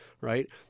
right